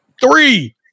Three